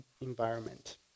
environment